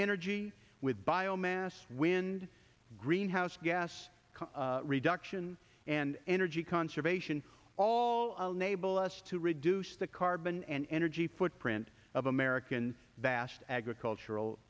energy with bio mass wind greenhouse gas reductions and energy conservation all unable us to reduce the carbon and energy footprint of american bashed agricultural